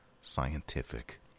scientific